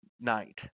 night